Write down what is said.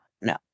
no